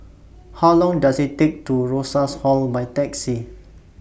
How Long Does IT Take to Rosas Hall By Taxi